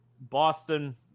Boston